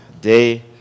day